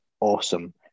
awesome